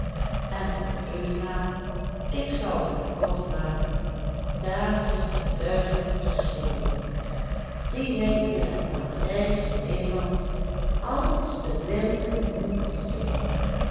en op eenmaal ik zal het maar kort maken daar ziet hij duidelijk de schoone die hij in het paradijs van nederland als de blinde moens zingt